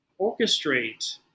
orchestrate